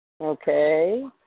Okay